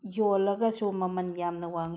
ꯌꯣꯜꯂꯒꯁꯨ ꯃꯃꯜ ꯌꯥꯝꯅ ꯋꯥꯡꯉꯤ